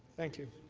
thank you.